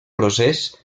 procés